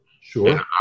Sure